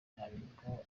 nabivugaho